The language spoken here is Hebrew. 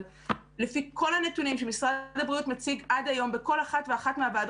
אבל לפי כל הנתונים שמשרד הבריאות מציג עד היום בכל אחת ואחת מהוועדות